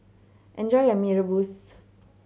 enjoy your Mee Rebus